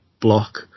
block